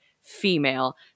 female